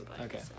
Okay